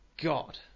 ...God